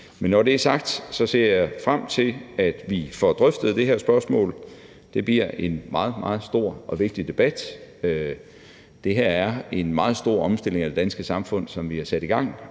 Men når det er sagt, ser jeg frem til, at vi får drøftet det her spørgsmål. Det bliver en meget, meget stor og vigtig debat. Det her er en meget stor omstilling af det danske samfund, som vi har sat i gang,